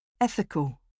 Ethical